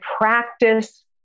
practice